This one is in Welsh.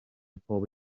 pob